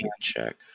check